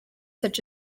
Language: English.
such